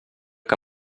que